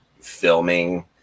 filming